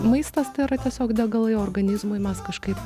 maistas tėra tiesiog degalai organizmui mes kažkaip